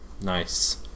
Nice